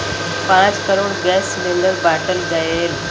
पाँच crore gas cylinder बाँटल गएल